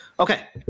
Okay